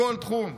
בכל תחום,